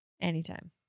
anytime